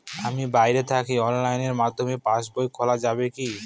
আমি বাইরে থাকি অনলাইনের মাধ্যমে পাস বই খোলা যাবে কি?